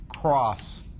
cross